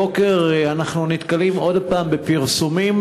הבוקר אנחנו נתקלים עוד הפעם בפרסומים